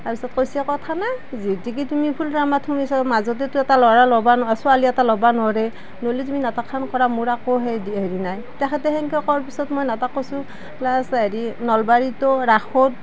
তাৰ পিছত কৈছে ক' খানা নাই যদি তুমি শুনিছোঁ মাজতেতো এটা ল'ৰা ল'ব নো ছোৱালী এটা লবা নোৱাৰে যদি তুমি নাটকখন কৰা মোৰ আকো হেৰি নাই তেখেতে হেনেকে কোৱাৰ পিছত মই নাটক কৰিছোঁ ক্লাছ কৰছোঁ হেৰি নলবাৰীতো ৰাসত